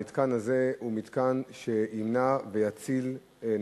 המתקן הזה הוא מתקן שיציל נפשות,